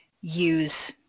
use